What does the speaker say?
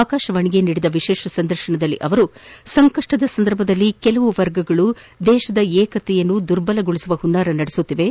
ಆಕಾಶವಾಣಿಗೆ ನೀಡಿದ ವಿಶೇಷ ಸಂದರ್ಶನದಲ್ಲಿ ಅವರು ಸಂಕಷ್ಟದ ಸಂದರ್ಭದಲ್ಲಿ ಕೆಲವು ವರ್ಗಗಳು ದೇತದ ಏಕತೆಯನ್ನು ದುರ್ಬಲಗೊಳಿಸುವ ಹುನ್ನಾರ ನಡೆಸುತ್ತಿವೆ